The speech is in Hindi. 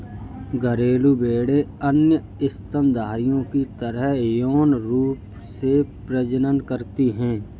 घरेलू भेड़ें अन्य स्तनधारियों की तरह यौन रूप से प्रजनन करती हैं